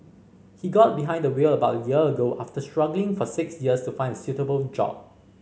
he got behind the wheel about a year ago after struggling for six years to find a suitable job